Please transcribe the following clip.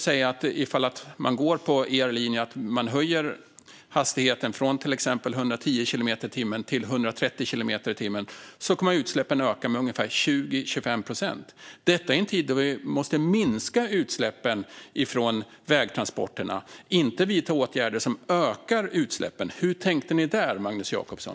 Om man går på er linje och höjer hastigheten från till exempel 110 till 130 kilometer i timmen kommer utsläppen att öka med ungefär 20-25 procent - detta i en tid då vi måste minska utsläppen från vägtransporterna, inte vidta åtgärder som ökar utsläppen. Hur tänkte ni där, Magnus Jacobsson?